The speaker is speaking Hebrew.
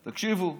תקשיבו,